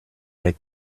der